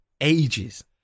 ages